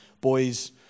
boys